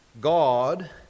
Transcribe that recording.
God